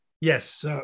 Yes